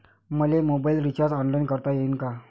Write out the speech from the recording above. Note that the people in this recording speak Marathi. मले मोबाईल रिचार्ज ऑनलाईन करता येईन का?